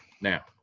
Now